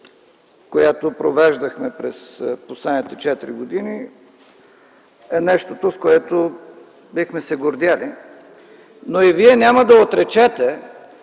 която провеждахме през последните 4 години, е нещото, с което бихме се гордели, но и Вие няма да отречете,